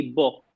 book